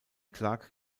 clark